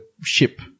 ship